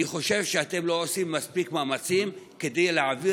אני חושב שאתם לא עושים מספיק מאמצים להעביר